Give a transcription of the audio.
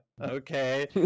okay